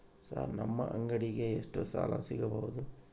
Sir ನಮ್ಮ ಅಂಗಡಿಗೆ ಎಷ್ಟು ಸಾಲ ಸಿಗಬಹುದು?